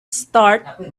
start